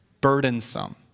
burdensome